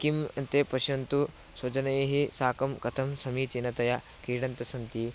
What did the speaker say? किं ते पश्यन्तु स्वजनैः साकं कथं समीचीनतया क्रीडन्तः सन्ति